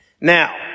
Now